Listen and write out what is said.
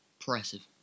impressive